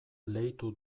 leitu